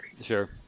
Sure